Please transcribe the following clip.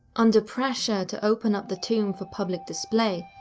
under pressure to open up the tomb for public display,